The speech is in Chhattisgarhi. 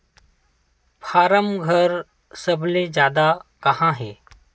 फारम घर सबले जादा कहां हे